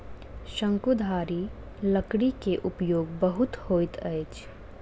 शंकुधारी लकड़ी के उपयोग बहुत होइत अछि